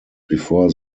before